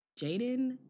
Jaden